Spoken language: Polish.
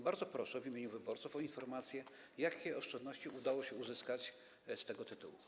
Bardzo proszę w imieniu wyborców o informację, jakie oszczędności udało się uzyskać z tego tytułu.